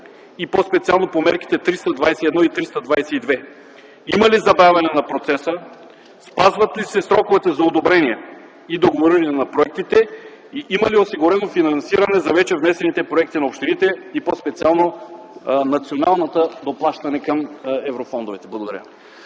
и по-специално по мерките 321 и 322? Има ли забавяне на процеса? Спазват ли се сроковете за одобрение и договориране на проектите? Има ли осигурено финансиране за вече внесените проекти на общините и по-специално националното доплащане към еврофондовете? Благодаря.